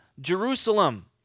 Jerusalem